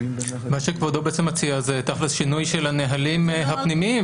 מה שכבודו מציע זה תכלס שינוי של הנהלים הפנימיים.